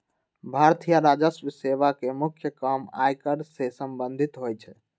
भारतीय राजस्व सेवा के मुख्य काम आयकर से संबंधित होइ छइ